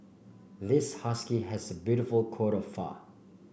this husky has a beautiful coat of fur